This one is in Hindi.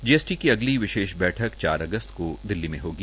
जीएसट क अगल वशेष बैठक चार अग त को द ल म होगी